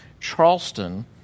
Charleston